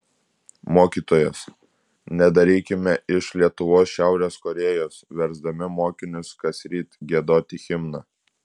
mokytojas nedarykime iš lietuvos šiaurės korėjos versdami mokinius kasryt giedoti himną